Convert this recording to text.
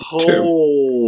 Two